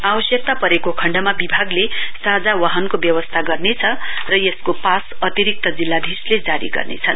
आवश्यकता परेको खण्डमा विभागले साझा वाहनको व्यवस्था गर्नेछ र यसको पास अतिरिक्त जिल्लाधीशले जारी गर्नेछन्